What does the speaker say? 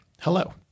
hello